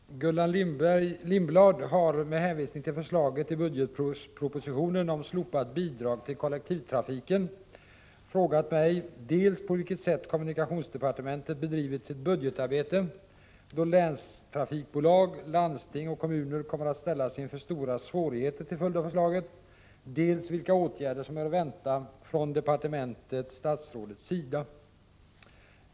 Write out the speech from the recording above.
Herr talman! Gullan Lindblad har, med hänvisning till förslaget i budgetpropositionen om slopat bidrag till kollektivtrafiken, frågat mig dels på vilket sätt kommunikationsdepartementet bedrivit sitt budgetarbete då länstrafikbolag, landsting och kommuner kommer att ställas inför stora svårigheter till följd av förslaget, dels vilka åtgärder som är att vänta från departementets/statsrådets sida.